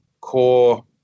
core